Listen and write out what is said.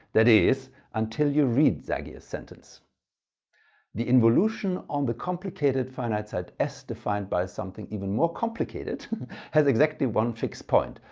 that is until you read zagier's sentence the involution on the complicated finite set s, defined by something even more complicated has exactly one fixed point.